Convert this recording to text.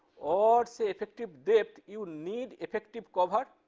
or say effective depth, you need effective cover